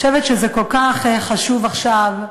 אני חושבת שזה כל כך חשוב עכשיו,